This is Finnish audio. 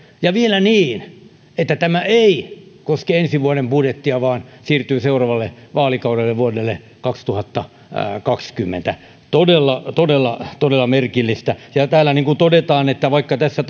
ja vielä niin että tämä ei koske ensi vuoden budjettia vaan siirtyy seuraavalle vaalikaudelle vuodelle kaksituhattakaksikymmentä todella todella todella merkillistä ja niin kuin täällä todetaan että vaikka tässä